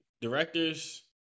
directors